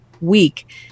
week